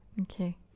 Okay